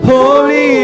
Holy